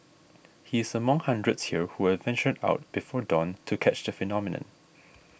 he is among hundreds here who have ventured out before dawn to catch the phenomenon